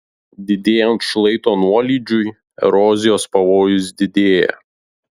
didėjant šlaito nuolydžiui erozijos pavojus didėja